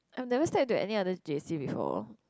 I have never stepped into other J_C before